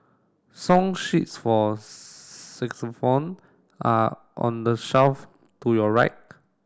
song sheets for saxaphone are on the shelf to your right